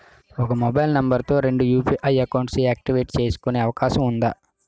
ఒక mobile number తో రెండు యు.పి.ఐ అకౌంట్స్ యాక్టివేట్ చేసుకునే అవకాశం వుందా?